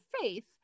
faith